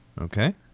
Okay